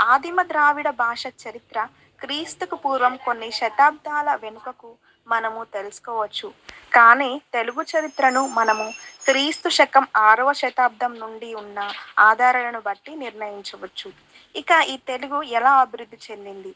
ఆదిమ ద్రావిడ భాష చరిత్ర క్రీస్తుకు పూర్వం కొన్ని శతాబ్దాల వెనుకకు మనము తెలుసుకోవచ్చు కానీ తెలుగు చరిత్రను మనము క్రీస్తు శకం ఆరవ శతాబ్దం నుండి ఉన్న ఆధారాలను బట్టి నిర్ణయించవచ్చు ఇక ఈ తెలుగు ఎలా అభివృద్ధి చెందింది